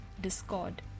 Discord